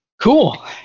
Cool